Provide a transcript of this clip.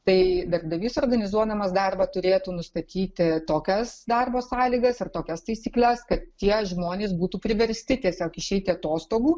tai darbdavys organizuodamas darbą turėtų nustatyti tokias darbo sąlygas ir tokias taisykles kad tie žmonės būtų priversti tiesiog išeiti atostogų